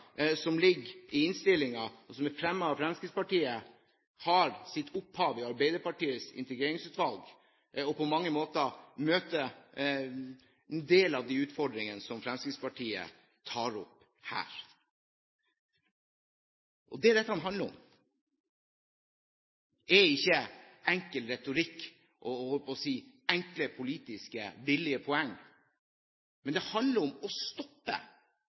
som ligger i innstillingen, og som er fremmet av Fremskrittspartiet, har sitt opphav i Arbeiderpartiets integreringsutvalg og møter på mange måter en del av de utfordringene som Fremskrittspartiet tar opp her. Det dette handler om, er ikke enkel retorikk og – jeg holdt på å si – enkle politiske og billige poeng, men det handler om å stoppe